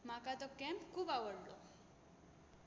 म्हाका तो कँप खूब आवडलो